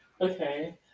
okay